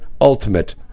ultimate